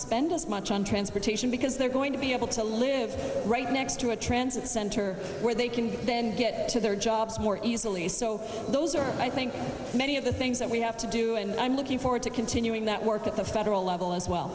spend as much on transportation because they're going to be able to live right next to a transit center where they can then get to their jobs more easily so those are i think many of the things that we have to do and i'm looking forward to continuing that work at the federal level as well